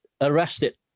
arrested